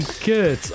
good